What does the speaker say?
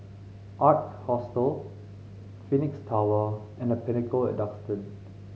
Ark Hostel Phoenix Tower and The Pinnacle at Duxton